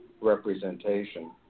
representation